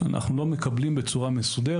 אנחנו לא מקבלים בצורה מסודרת.